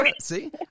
See